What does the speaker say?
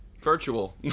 virtual